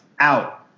Out